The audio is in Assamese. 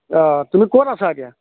অঁ তুমি ক'ত আছা এতিয়া